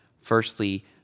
firstly